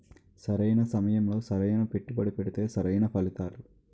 సరైన సమయంలో సరైన పెట్టుబడి పెడితే సరైన ఫలితాలు